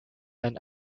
and